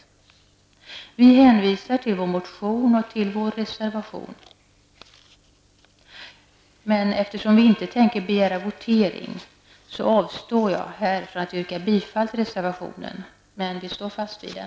Vi hänvisar till vår motion och till vår reservation. Eftersom vi inte tänker begära votering, avstår jag här från att yrka bifall till reservationen, men vi står fast vid den.